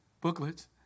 booklets